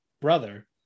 brother